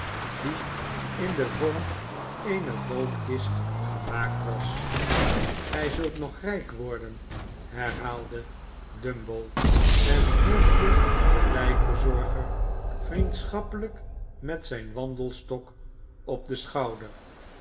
die in den vorm eener doodkist gemaakt was gij zult nog rijk worden herhaalde bumble en klopte den lijkbezorger vriendschappelijk met zijn wandelstok op den schouder